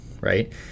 right